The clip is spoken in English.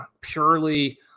purely